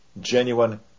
genuine